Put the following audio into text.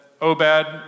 Obed